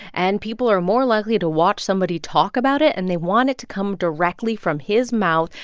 and people are more likely to watch somebody talk about it, and they want it to come directly from his mouth.